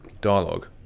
dialogue